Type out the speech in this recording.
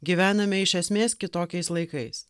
gyvename iš esmės kitokiais laikais